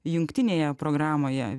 jungtinėje programoje